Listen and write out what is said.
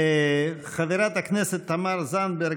חברת הכנסת תמר זנדברג,